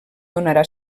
donarà